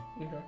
okay